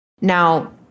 Now